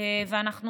ואנחנו